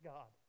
God